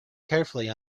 carefully